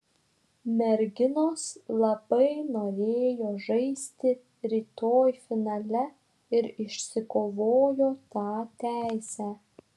merginos labai norėjo žaisti rytoj finale ir išsikovojo tą teisę